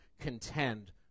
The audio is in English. contend